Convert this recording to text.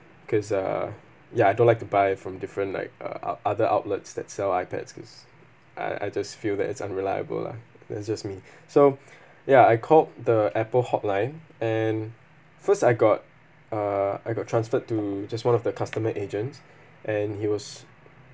because uh ya I don't like to buy from different like uh o~ other outlets that sell iPads cause I I just feel that it's unreliable lah that's just me so ya I called the Apple hotline and first I got uh I got transferred to just one of the customer agents and he was